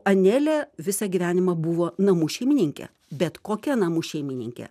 anelė visą gyvenimą buvo namų šeimininkė bet kokia namų šeimininkė